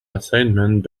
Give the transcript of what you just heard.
assignment